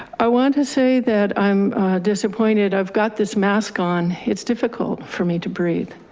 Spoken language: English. i want to say that i'm disappointed, i've got this mask on. it's difficult for me to breathe.